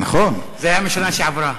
זה היה משנה שעברה.